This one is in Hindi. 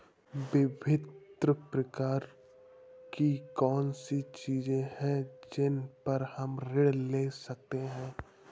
विभिन्न प्रकार की कौन सी चीजें हैं जिन पर हम ऋण ले सकते हैं?